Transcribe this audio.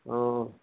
অঁ